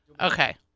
Okay